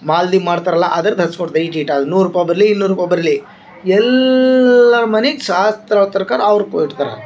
ಮಾಲ್ದಿ ಮಾಡ್ತಾರಲ್ಲ ಅದ್ರದ್ದು ಹಂಚಿ ಕೊಡ್ತಾರೆ ಈಟ್ ಈಟ್ ಆಗಲಿ ನೂರು ರೂಪಾಯಿ ಬರಲಿ ಇನ್ನೂರು ರೂಪಾಯಿ ಬರಲು ಎಲ್ಲಾರ ಮನೆಗೆ ಶಾಸ್ತ್ರೋತ್ರ ಪ್ರಕಾರ ಅವ್ರಿಗೆ ತಗೊತಾರೆ